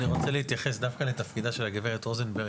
אני רוצה להתייחס דווקא לתפקידה של הגברת רוזנברג.